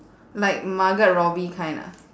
like margot robbie kind ah